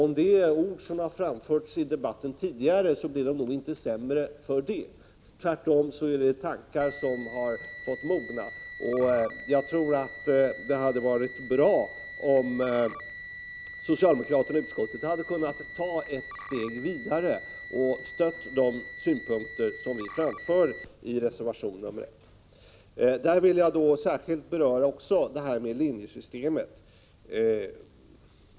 Om det då är ord som har framförts i debatten tidigare, så blir de nog inte sämre för det, eftersom det är tankar som har fått mogna. Jag tror att det hade varit bra om socialdemokraterna i utskottet hade kunnat ta ytterligare ett steg och ställt sig bakom de synpunkter som vi framför i reservation nr 1. I det här sammanhanget vill jag särskilt beröra linjesystemet.